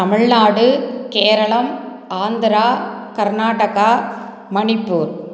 Tamil Nadu Keralam Andhra Karnataka Manipur